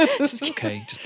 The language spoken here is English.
Okay